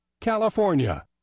California